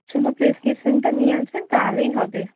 শুধু প্রেসক্রিপশনটা নিয়ে আসবেন তাহলেই হবে